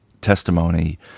testimony